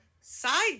side